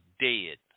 dead